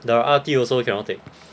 ya R_T also cannot take